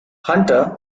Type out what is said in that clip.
hunter